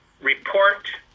report